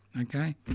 okay